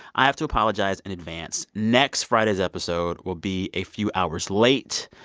i have to apologize in advance. next friday's episode will be a few hours late.